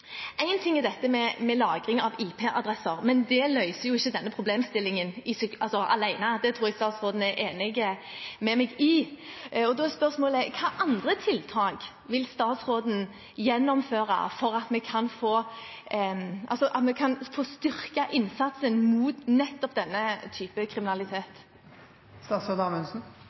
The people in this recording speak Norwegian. En ting er dette med lagring av IP-adresser, men det alene løser ikke denne problemstillingen. Det tror jeg statsråden er enig med meg i. Da er spørsmålet: Hvilke andre tiltak vil statsråden gjennomføre for at vi kan styrke innsatsen mot nettopp denne type kriminalitet?